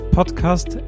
Podcast